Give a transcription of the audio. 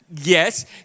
Yes